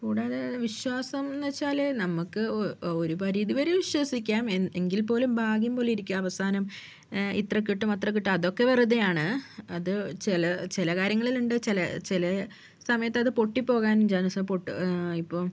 കൂടാതെ വിശ്വാസംന്ന് വെച്ചാല് നമ്മുക്ക് ഒരു പരിധിവരെ വിശ്വസിക്കാം എങ്കിൽ പോലും ഭാഗ്യം പോലിരിക്കും അവസാനം ഇത്ര കിട്ടും അത്ര കിട്ടും അതൊക്കെ വെറുതെയാണ് അത് ചില ചില കാര്യങ്ങളില്ണ്ട് ചില ചില സമയത്തത് അത് പൊട്ടിപ്പോകാനും ചാൻസുണ്ട് പൊട്ട് ഇപ്പം